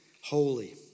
holy